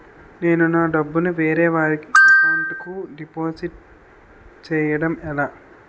నేను నా డబ్బు ని వేరే వారి అకౌంట్ కు డిపాజిట్చే యడం ఎలా?